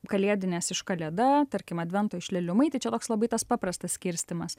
kalėdinės iš kalėda tarkim advento iš leliumai tai čia toks labai tas paprastas skirstymas